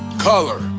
color